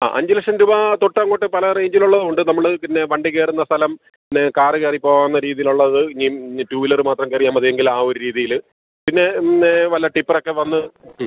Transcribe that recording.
ആ അഞ്ച് ലക്ഷം രൂപ തൊട്ടങ്ങോട്ട് പല റേഞ്ചിലുള്ളതുണ്ട് നമ്മൾ പിന്നെ വണ്ടി കയറുന്ന സ്ഥലം പിന്നെ കാറ് കയറി പോകാവുന്ന രീതീലുള്ളത് ഇനി ഇനി ടു വീലറ് മാത്രം കയറിയാൽ മതിയെങ്കിൽ ആ ഒരു രീതീയിൽ പിന്നെ ഇന്ന് വല്ല ടിപ്പറൊക്കെ വന്ന്